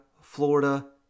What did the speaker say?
Florida